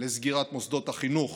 לסגירת מוסדות החינוך,